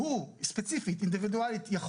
שהוא ספציפית אינדיבידואלית,